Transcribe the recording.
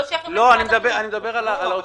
אני מדבר על האוצר.